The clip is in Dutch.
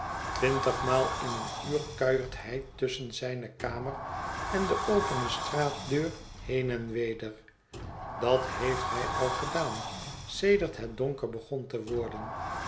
twintigmaal in een uur kuiert hij tusschen zijne kamer en de opene straatdeur heen en weder dat heeft hij al gedaan sedert het donker begon te worden